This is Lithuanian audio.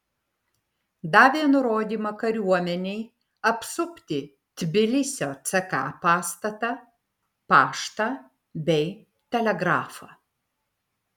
davė nurodymą kariuomenei apsupti tbilisio ck pastatą paštą bei telegrafą